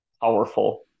powerful